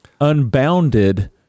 unbounded